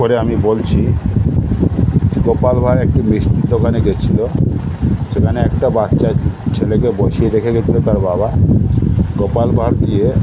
করে আমি বলছি গোপাল ভাঁড় একটি মিষ্টির দোকানে গিয়েছিলো সেখানে একটা বাচ্চা ছেলেকে বসিয়ে রেখে গিয়েছিলো তার বাবা গোপাল ভাঁড় গিয়ে